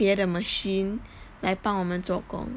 别的 machine 来帮我们做工